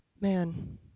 man